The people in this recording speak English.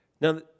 Now